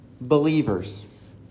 believers